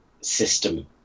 system